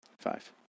five